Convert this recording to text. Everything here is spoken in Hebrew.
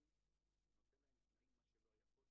הדברים שנבדקים בו הם גם הדברים שנבדקים במתן רישיון,